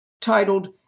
titled